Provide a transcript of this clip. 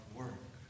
work